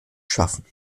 schaffen